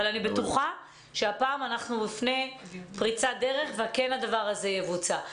אבל אני בטוחה שהפעם אנחנו לפני פריצת דרך והדבר הזה יבוצע.